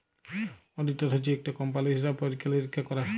auditor হছে ইকট কম্পালির হিসাব পরিখ্খা লিরিখ্খা ক্যরে